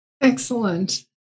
Excellent